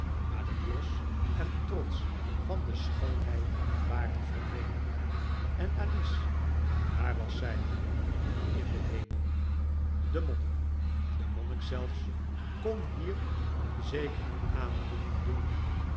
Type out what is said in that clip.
maar de bios en trots van de schoonheid waren verdwenen en alice waar was zij in den hemel de monnik de monnik zelfs kon hier een zekere aandoening dulden